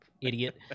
idiot